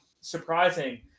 surprising